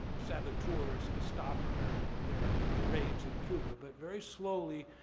saboteurs to stop their their rage in cuba. but very slowly,